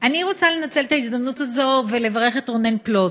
אני רוצה לנצל את ההזדמנות הזאת ולברך את רונן פלוט.